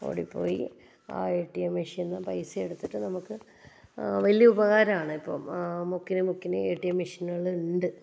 ഓടിപ്പോയി ആ A T M മെഷീനിൽ നിന്ന് പൈസ എടുത്തിട്ട് നമുക്ക് വലിയ ഉപകാരമാണ് ഇപ്പോൾ മുക്കിന് മുക്കിന് എ ടി എം മെഷീനുകൾ ഉണ്ട്